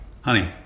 Honey